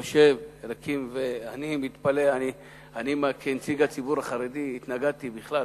אני מתפלא, כנציג הציבור החרדי התנגדתי בכלל.